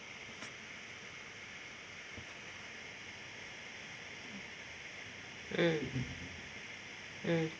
mm mm